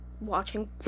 watching